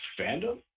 fandom